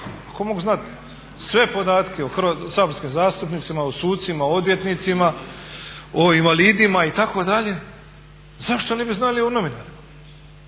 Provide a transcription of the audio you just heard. Ako mogu znati sve podatke o saborskim zastupnicima, o sucima, odvjetnicima, o invalidima itd., zašto ne bi znali o novinarima,